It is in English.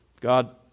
God